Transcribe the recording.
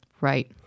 right